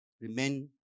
remain